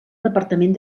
departament